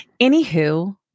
anywho